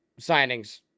signings